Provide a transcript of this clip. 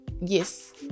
yes